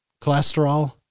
cholesterol